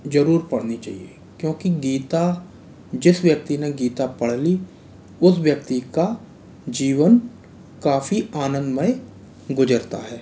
जरूर पढ़नी चाहिए क्योंकि गीता जिस व्यक्ति ने गीता पढ़ ली उस व्यक्ति का जीवन काफ़ी आनंदमय गुजरता है